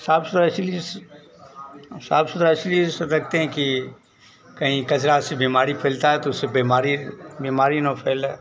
साफ सुथरा इसलिए साफ सुथरा इसीलिए रखते हैं कि कही कचरा से बीमारी फैलता है तो उससे बीमारी बीमारी न फैलें